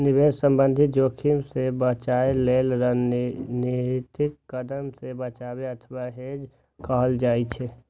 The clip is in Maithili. निवेश संबंधी जोखिम सं बचय लेल रणनीतिक कदम कें बचाव अथवा हेज कहल जाइ छै